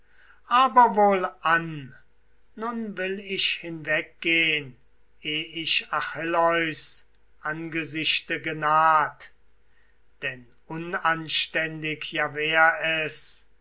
aber wohlan nun will ich hinweggehn eh ich achilleus angesichte genaht denn unanständig ja wär es